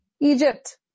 Egypt